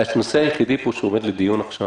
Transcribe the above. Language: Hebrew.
--- הנושא היחידי שעומד פה לדיון עכשיו